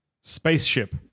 Spaceship